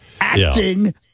acting